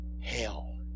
hell